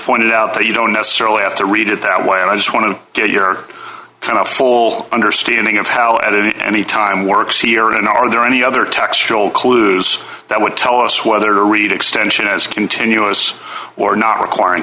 pointed out that you don't necessarily have to read it that way and i just want to get your kind of full understanding of how at any time works here and are there any other textual clues that would tell us whether to read extension as continuous or not requiring